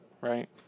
right